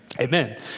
Amen